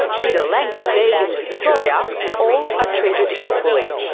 peter langer says in victoria all are treated equally.